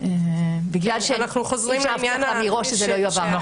בגלל שיש הבטחה מראש שזה לא יועבר.